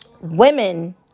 Women